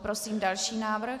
Prosím další návrh.